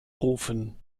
rufen